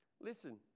listen